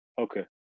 Okay